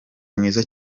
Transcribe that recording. mwiza